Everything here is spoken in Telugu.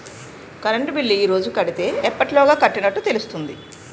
కరెంట్ బిల్లు ఈ రోజు కడితే ఎప్పటిలోగా కట్టినట్టు తెలుస్తుంది?